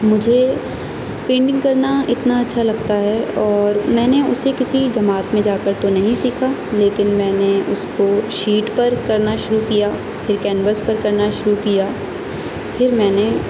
مجھے پینٹنگ کرنا اتنا اچھا لگتا ہے اور میں نے اسے کسی جماعت میں جا کر تو نہیں سیکھا لیکن میں نے اس کو شیٹ پر کرنا شروع کیا پھر کینوس پر کرنا شروع کیا پھر میں نے